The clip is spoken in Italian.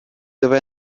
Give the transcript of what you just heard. dove